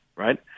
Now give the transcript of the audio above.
Right